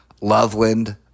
Loveland